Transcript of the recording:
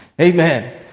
Amen